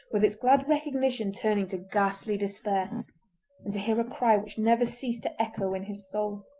with its glad recognition turning to ghastly despair, and to hear a cry which never ceased to echo in his soul.